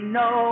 no